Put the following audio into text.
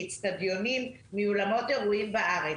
מאצטדיונים ומאולמות אירועים בארץ?